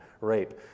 rape